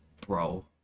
Bro